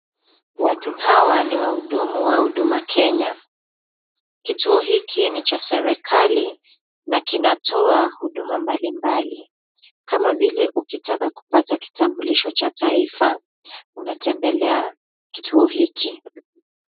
Watu hawa ni wa hudumu wa huduma Kenya. Kituo hiki ni cha serikali, na kina toa huduma mbali mbali. Kama vile ukitaka kupata kitambulisho cha taifa, unatembelea kituo hiki.